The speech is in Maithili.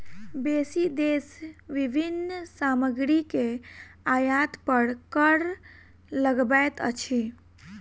बेसी देश विभिन्न सामग्री के आयात पर कर लगबैत अछि